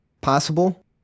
possible